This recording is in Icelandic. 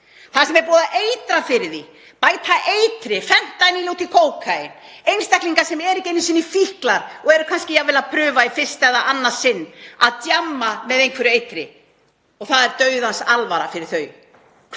þar sem er búið að eitra fyrir því, bæta eitri, Fentanyl, út í kókaín hjá einstaklingum sem eru ekki einu sinni fíklar og eru jafnvel að prófa í fyrsta eða annað sinn að djamma með einhverju eitri? Það er dauðans alvara fyrir þau.